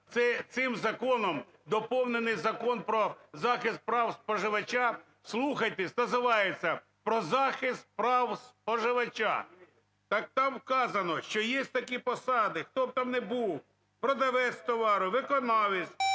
цим законом доповнено Закон "Про захист прав споживачів", вслухайтесь, називається: про захист прав споживачів. Так там вказано, що є такі посади, хто б там не був – продавець товару, виконавець